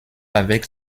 avec